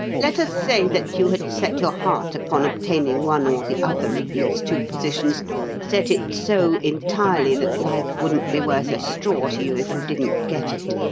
let us say that you had set your heart upon obtaining one or the other of these two positions set it so entirely that life wouldn't be worth a straw to you if you didn't get it.